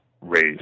race